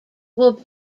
will